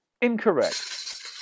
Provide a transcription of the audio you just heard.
Incorrect